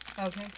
Okay